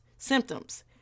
Symptoms